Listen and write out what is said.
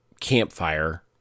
campfire